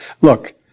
Look